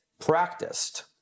practiced